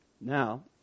Now